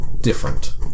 different